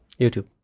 YouTube